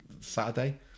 Saturday